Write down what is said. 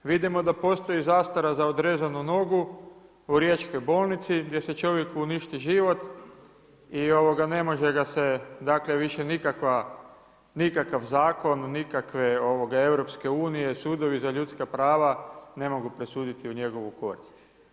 Vidimo da postoji zastara za odrezanu nogu u Riječkoj bolnici, gdje se čovjeku uništi život i ne može ga se, dakle više nikakav zakon, nikakve Europske unije, sudovi za ljudska prava ne mogu presuditi u njegovu korist.